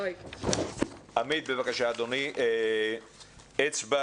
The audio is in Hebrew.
עמית, אצבע